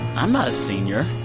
i'm not a senior